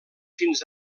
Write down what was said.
fins